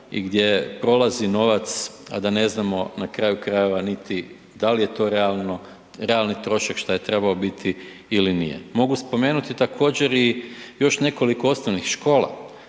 i gdje prolazi novac, a da ne znamo na kraju krajeva niti da li je to realni trošak šta je trebao biti ili nije. Mogu spomenuti također još nekoliko osnovnih škola